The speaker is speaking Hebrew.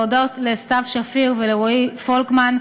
להודות לסתיו שפיר ולרועי פולקמן,